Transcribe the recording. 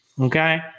Okay